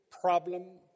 problem